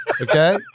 Okay